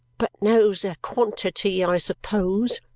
but knows a quantity, i suppose?